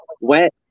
wet